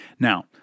Now